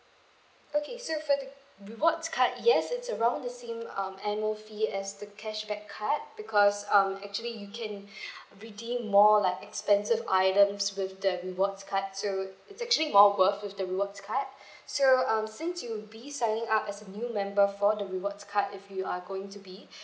okay so for the rewards card yes it's around the same um annual fee as the cashback card because um actually you can redeem more like expensive items with the rewards card so it's actually more worth with the rewards card so um since you'll be signing up as a new member for the rewards card if you are going to be